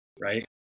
Right